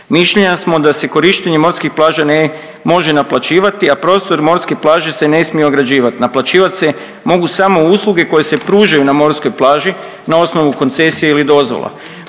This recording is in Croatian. Mišljenja smo da se korištenje morskih plaža ne može naplaćivati, a prostor morske plaže se ne smije ograđivati. Naplaćivat se mogu samo usluge koje se pružaju na morskoj plaži na osnovu koncesija ili dozvola.